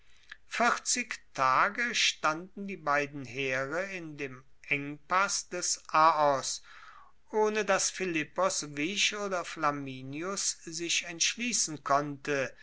vierzig tage standen die beiden heere in dem engpass des aoos ohne dass philippos wich oder flamininus sich entschliessen konnte